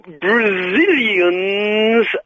Brazilians